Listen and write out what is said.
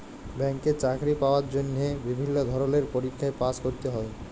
ব্যাংকে চাকরি পাওয়ার জন্হে বিভিল্য ধরলের পরীক্ষায় পাস্ ক্যরতে হ্যয়